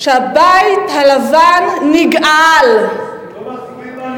שהבית הלבן נגעל, לא חשוב.